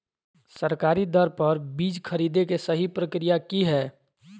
सरकारी दर पर बीज खरीदें के सही प्रक्रिया की हय?